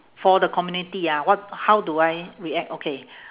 for the community ah what how do I react okay